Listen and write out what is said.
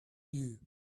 you